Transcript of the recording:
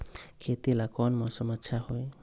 खेती ला कौन मौसम अच्छा होई?